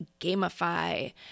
gamify